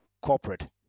corporate